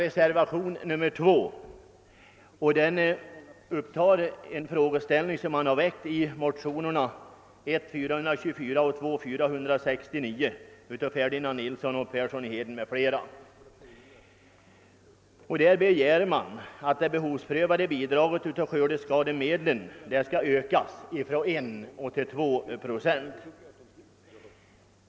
Reservationen 2 bygger på motionerna I:424 av herr Ferdinand Nilsson m.fl. och II: 469 av herr Persson i Heden m.fl., i vilka motioner man har begärt en ökning av den för behovsprövade bidrag avsedda andelen av skördeskademedlen från 1 till 2 procent.